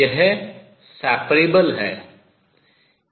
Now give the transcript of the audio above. यह separable पृथक करने योग्य है